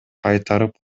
кайтарып